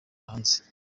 hanze